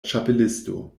ĉapelisto